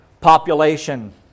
population